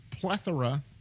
plethora